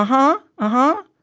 uh-huh, uh-huh.